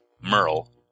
Merle